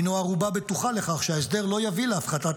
הינו ערובה בטוחה לכך שההסדר לא יביא להפחתת